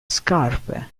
scarpe